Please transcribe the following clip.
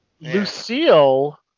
Lucille